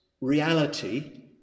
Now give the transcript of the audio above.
reality